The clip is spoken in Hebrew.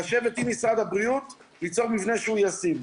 לשבת עם משרד הבריאות וליצור מבנה שהוא ישים.